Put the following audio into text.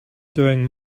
doing